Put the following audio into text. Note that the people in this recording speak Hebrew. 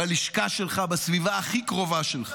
בלשכה שלך, בסביבה הכי קרובה שלך